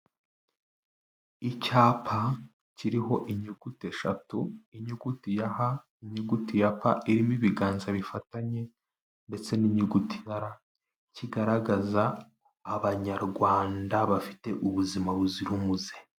Icyapa kiriho inyuguti eshatu, inyuguti ya H, inyuguti ya P, irimo ibiganza bifatanye ndetse n'inyuguti ya R, kigaragaza abanyarwanda bafite ubuzima buzira umuze.